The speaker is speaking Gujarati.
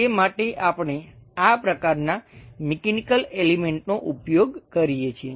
તે માટે આપણે આ પ્રકારના મિકેનિકલ એલિમેંટનો ઉપયોગ કરીએ છીએ